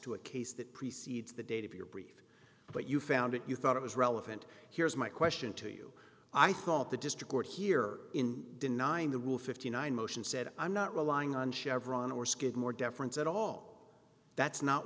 to a case that precedes the date of your brief but you found it you thought it was relevant here's my question to you i thought the district court here in denying the rule fifty nine motion said i'm not relying on chevron or skidmore deference at all that's not